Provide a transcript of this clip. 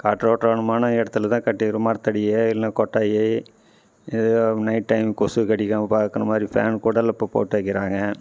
காற்றோட்டமான இடத்துலதான் கட்டி மரத்தடியை இல்லைனா கொட்டாயி நைட் டைம் கொசு கடிக்காமல் பார்க்குனு மாதிரி ஃபேன் கூடல்லாம் இப்போ போட்டு வைக்கிறாங்க